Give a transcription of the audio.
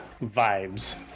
vibes